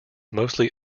mostly